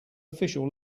official